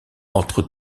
entre